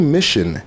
Mission